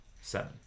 Seven